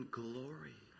glory